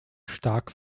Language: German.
stark